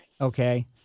okay